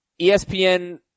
ESPN